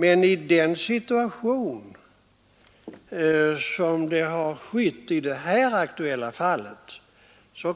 Men i den situation som förelåg i det här aktuella fallet